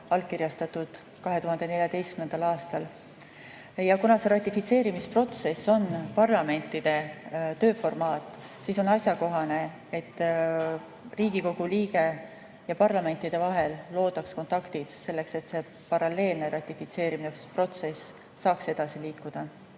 allkirjastatud juba 2014. aastal. Kuna see ratifitseerimisprotsess on parlamentide tööformaat, siis on asjakohane, et parlamentide vahel loodaks kontaktid, selleks et see paralleelne ratifitseerimisprotsess saaks edasi liikuda.